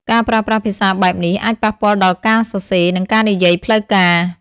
ការប្រើប្រាស់ភាសាបែបនេះអាចប៉ះពាល់ដល់ការសរសេរនិងការនិយាយផ្លូវការ។